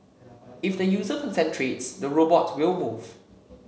if the user concentrates the robot will move